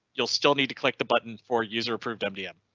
you'll still need to click the button for user approved mdm.